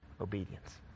obedience